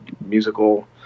musical